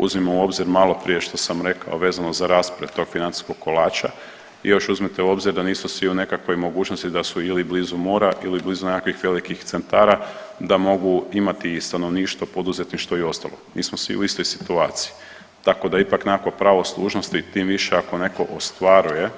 Uzmimo u obzir maloprije što sam rekao vezano za rasplet tog financijskog kolača i još uzmite u obzir da svi u nekakvoj mogućnosti da su ili blizu mora ili blizu nekakvih velikih centara da mogu imati i stanovništvo i poduzetništvo i ostalo, nismo smo svi u istoj situaciji, tako da ipak nekakvo pravo služnosti i tim više ako neko ostvaruje